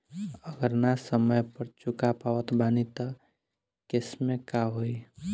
अगर ना समय पर चुका पावत बानी तब के केसमे का होई?